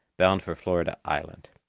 bound for florida island.